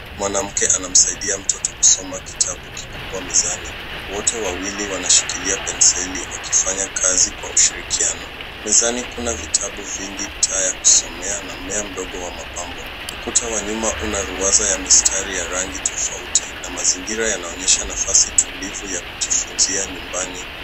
Mwanamke anamsaidia mtoto kusoma kitabu kikubwa mezani. Wote wawili wanashikilia penseli wakifanya kazi kwa ushirikiano. Mezani kuna vitabu vingi vya kusomea na mmea mdogo wa mapambo. Ukuta wa nyuma una mapambo ya mistari ya rangi tofauti, na mazingira yanaonyesha nafasi tulivu ya kujifunzia nyumbani.